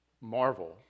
marvel